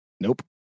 nope